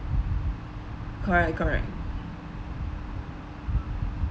correct correct